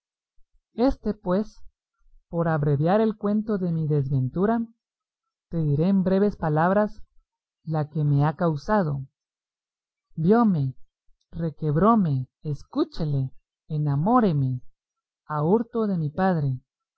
éste pues por abreviar el cuento de mi desventura te diré en breves palabras la que me ha causado viome requebróme escuchéle enamoréme a hurto de mi padre